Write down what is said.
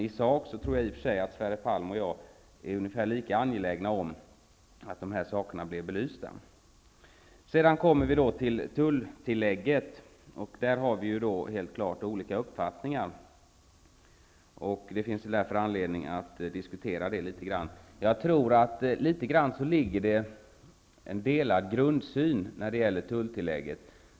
I sak tror jag att Sverre Palm och jag är ungefär lika angelägna om att de här sakerna blir belysta. Sedan kommer vi till tulltillägget. Här har vi helt klart olika uppfattningar, varför det finns anledning att litet grand diskutera den saken. Jag tror att det i viss mån finns olika grundsyn när det gäller tulltillägget.